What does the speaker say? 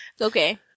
Okay